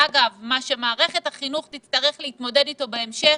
אגב, מה שמערכת החינוך תצטרך להתמודד איתו בהמשך